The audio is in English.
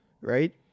right